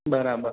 બરાબર